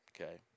Okay